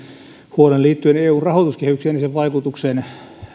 huolen liittyen eun rahoituskehykseen ja sen vaikutukseen